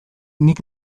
nik